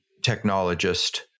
technologist